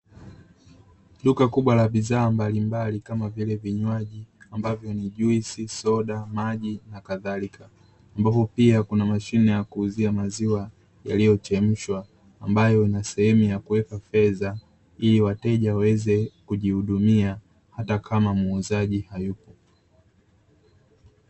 Duka kubwa la bidhaa mbalimbali kama vile vinywaji, ambavyo ni: juisi, soda, maji na kadhalika. Ambapo pia kuna mashine ya kuuzia maziwa yaliyochemshwa, ambayo ina sehemu ya kuweka fedha ili wateja waweze kujihudumia hata kama muuzaji hayupo.